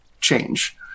change